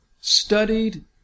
studied